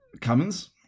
Cummins